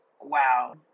wow